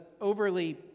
overly